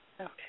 Okay